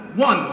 One